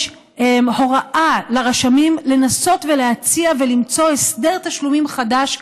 יש הוראה לרשמים לנסות ולהציע ולמצוא הסדר תשלומים חדש,